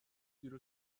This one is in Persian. زیر